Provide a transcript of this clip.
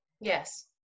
Yes